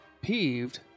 peeved